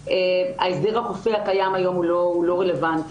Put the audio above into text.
ההסדר הכופה הקיים היום הוא לא רלוונטי.